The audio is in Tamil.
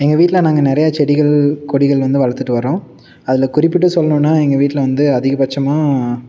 எங்கள் வீட்டில் நாங்கள் நிறைய செடிகள் கொடிகள் வந்து வளர்த்துட்டு வரோம் அதில் குறிப்பிட்டு சொல்லணும்ன்னா எங்கள் வீட்டில் வந்து அதிகபட்சமாக